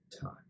time